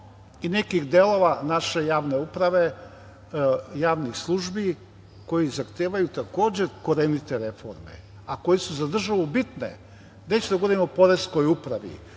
i nekih delova naše javne uprave, javnih službi koje zahtevaju takođe korenite reforme, a koje su za državu bitne. Neću da govorim o Poreskoj upravi,